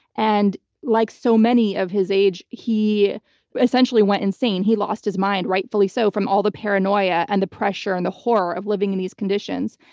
and like so many of his age, he essentially went insane. he lost his mind, rightfully so, from all the paranoia and the pressure and the horror of living in these conditions.